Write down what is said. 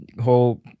whole